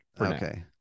Okay